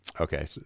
okay